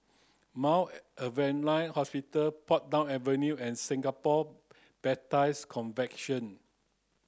Mount Alvernia Hospital Portsdown Avenue and Singapore Baptist Convention